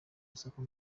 isoko